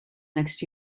next